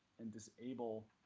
and disable